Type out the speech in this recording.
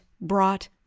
brought